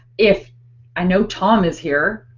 if i know. tom is here.